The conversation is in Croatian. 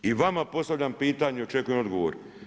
I vama postavljam pitanje, očekujem odgovor.